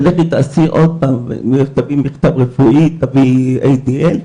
ולכי תעשי עוד פעם, תביאי מכתב רפואי, תביאי ADL,